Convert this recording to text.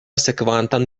sekvantan